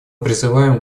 призываем